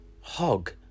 hog